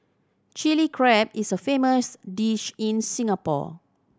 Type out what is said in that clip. Chilli Crab is a famous dish in Singapore